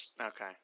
Okay